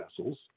vessels